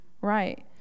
Right